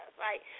right